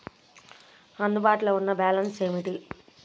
అందుబాటులో ఉన్న బ్యాలన్స్ ఏమిటీ?